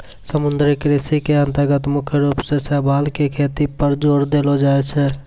समुद्री कृषि के अन्तर्गत मुख्य रूप सॅ शैवाल के खेती पर जोर देलो जाय छै